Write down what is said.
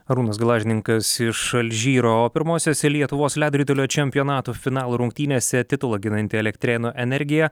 arūnas gelažninkas iš alžyro o pirmosiose lietuvos ledo ritulio čempionato finalo rungtynėse titulą ginanti elektrėnų energija